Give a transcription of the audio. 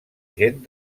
gent